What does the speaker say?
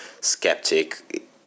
skeptic